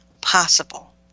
possible